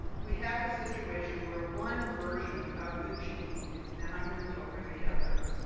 we have a situation where one version of the gene is dominant over the other.